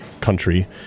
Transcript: country